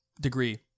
degree